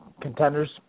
contenders